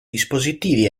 dispositivi